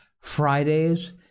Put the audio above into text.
Fridays